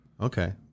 Okay